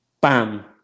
Bam